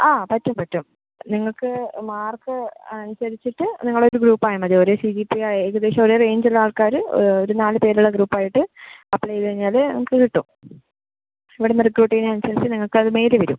ആ പറ്റും പറ്റും നിങ്ങൾക്ക് മാർക്ക് അനുസരിച്ചിട്ട് നിങ്ങള് ഒരു ഗ്രൂപ്പ് ആയ മതി ഒരേ സിജിപിഎ ഏകദേശം ഒരേ റേഞ്ചുള്ള ആൾക്കാര് ഒര് നാല് പേരുള്ള ഗ്രൂപ്പ് ആയിട്ട് അപ്ലൈ ചെയ്ത് കഴിഞ്ഞാല് നിങ്ങക്ക് കിട്ടും ഇവിടുന്ന് റിക്രൂട്ട് ചെയ്യുന്നേനനുസച്ച് നിങ്ങൾക്ക് അത് മെയില് വരും